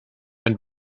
and